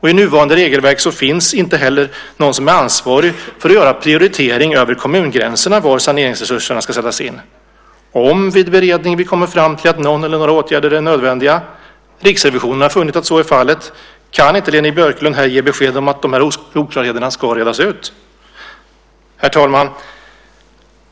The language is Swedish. I nuvarande regelverk finns inte heller någon som är ansvarig för att göra prioriteringar över kommungränserna av var saneringsresurserna ska sättas in. Formuleringen var: "Om vi i beredningen kommer fram till att någon eller några åtgärder är nödvändiga ." Riksrevisionen har funnit att så är fallet. Kan inte Leni Björklund här ge besked om att de här oklarheterna ska redas ut? Herr talman!